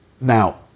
Now